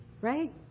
Right